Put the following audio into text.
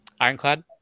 ironclad